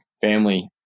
family